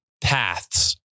paths